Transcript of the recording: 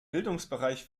bildungsbereich